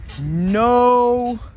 No